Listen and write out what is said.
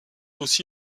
aussi